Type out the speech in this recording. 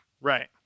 right